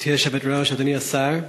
גברתי היושבת-ראש, אדוני השר,